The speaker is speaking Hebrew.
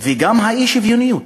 וגם את האי-שוויוניות.